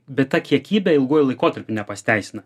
bet ta kiekybė ilguoju laikotarpiu nepasiteisina